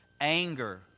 anger